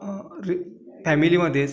री फॅमिलीमध्येच